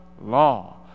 law